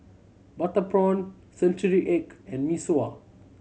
butter prawn century egg and Mee Sua